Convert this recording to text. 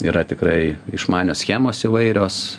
yra tikrai išmanios schemos įvairios